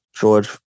George